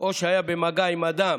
או שהיה במגע עם אדם